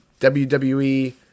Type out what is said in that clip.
wwe